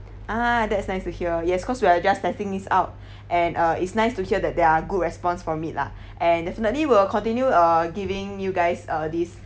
ah that's nice to hear yes cause we are just testing it out and uh it's nice to hear that there are good response from it lah and definitely we'll continue uh giving you guys uh these